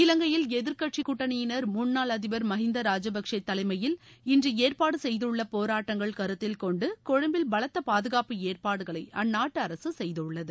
இலங்கையில் எதிர்கட்சி கூட்டணியினர் முன்னாள் அதிபர் மகிந்தா ராஜாபக்சா தலைமையில் இன்று ஏற்பாடு செய்துள்ள போராட்டங்கள் கருத்தில் கொண்டு கொழும்பில் பலத்த பாதுகாப்பு ஏற்பாடுகளை அந்நாட்டு அரசு செய்துள்ளது